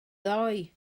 ddoe